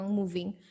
moving